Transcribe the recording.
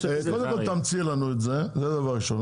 קודם כל תמציא לנו את זה, זה דבר ראשון.